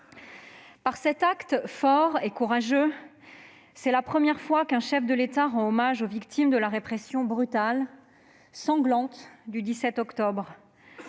Par cet acte fort et courageux, c'est la première fois qu'un chef de l'État rend hommage aux victimes de la répression brutale, sanglante, du 17 octobre.